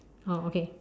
oh okay